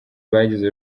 bagize